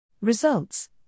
Results